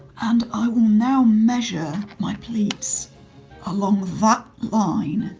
and i will now measure my pleats along that line,